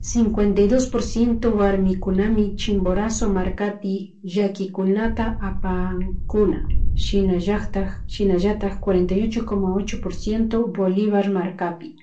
Cincuenta dos por ciento warmikunami chimborazo markapi llakikunata apankuna shinllatak shinallatak cuarenta y ocho como ocho por ciento Bolivar maracapi,